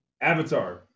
Avatar